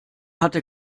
hatte